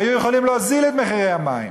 היו יכולים להוזיל את מחיר המים.